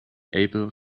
able